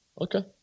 Okay